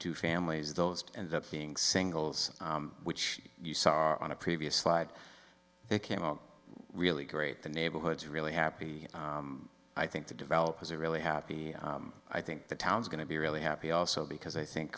two families those end up being singles which you saw on a previous slide they came out really great the neighborhoods really happy i think the developers are really happy i think the town's going to be really happy also because i think